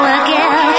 again